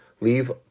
leave